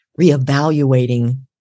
reevaluating